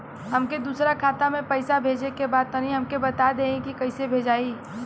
हमके दूसरा खाता में पैसा भेजे के बा तनि हमके बता देती की कइसे भेजाई?